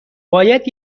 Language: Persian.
باید